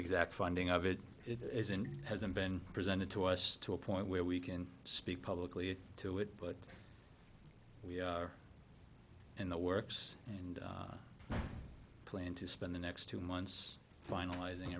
exact funding of it it is in hasn't been presented to us to a point where we can speak publicly to it but we are in the works and plan to spend the next two months finaliz